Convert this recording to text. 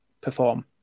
perform